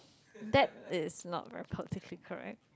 that is not very politically correct